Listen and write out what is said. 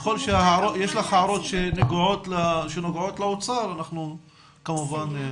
ככל שיש לך הערות שנוגעות לאוצר אנחנו כמובן --- בסדר.